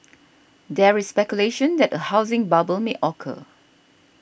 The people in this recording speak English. there is speculation that a housing bubble may occur